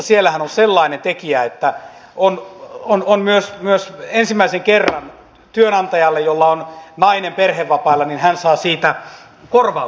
siellähän on sellainen tekijä että on on on myös myös ensimmäisen kerran työnantaja jolla on nainen perhevapailla saa siitä korvauksen